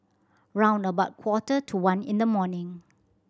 round about quarter to one in the morning